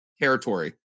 territory